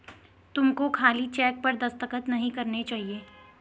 तुमको खाली चेक पर दस्तखत नहीं करने चाहिए